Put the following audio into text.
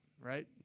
right